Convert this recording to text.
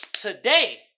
today